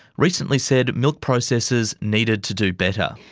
recently said milk processors needed to do better.